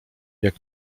jak